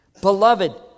Beloved